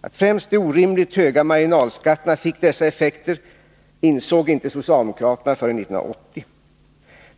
Att främst de orimligt höga marginalskatterna fick dessa effekter insåg inte socialdemokraterna förrän 1980.